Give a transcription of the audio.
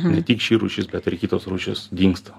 ne tik ši rūšis bet ir kitos rūšys dingsta